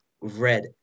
red